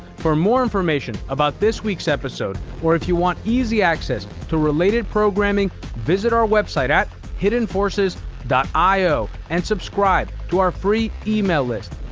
for more information about this week's episode or if you want easy access to related programming visit our website at hiddenforces io and subscribe to our free email list.